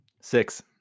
Six